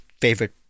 favorite